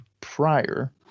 prior